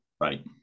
right